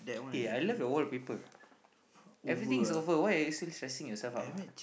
eh I love your wallpaper everything is over why are you still stressing yourself out